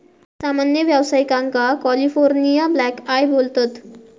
सामान्य व्यावसायिकांका California blackeye बोलतत